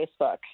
Facebook